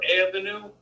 avenue